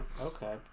Okay